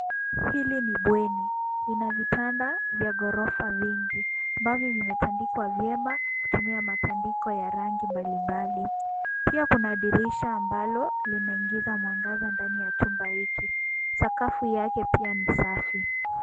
Hili ni bweni, lina vitanda vya ghorofa mingi ambavyo vimetandikwa vyema kutumia matandiko ya rangi mbalimbali, pia kuna dirisha ambalo linaingiza mwangaza ndani ya chumba hiki. Sakafu yake pia ni safi.